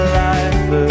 life